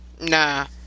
nah